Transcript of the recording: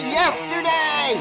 yesterday